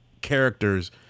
characters